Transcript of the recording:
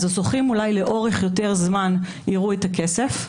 אז הזוכים אולי לאורך יותר זמן יראו את הכסף,